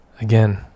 again